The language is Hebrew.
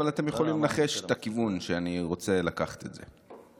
אבל אתם יכולים לנחש את הכיוון שאני רוצה לקחת את זה.